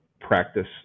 practice